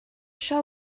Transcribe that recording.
shall